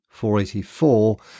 484